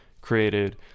created